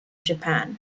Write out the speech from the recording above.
japan